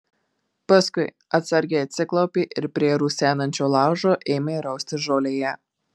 paskui atsargiai atsiklaupė ir prie rusenančio laužo ėmė raustis žolėje